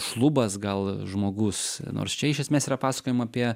šlubas gal žmogus nors čia iš esmės yra pasakojama apie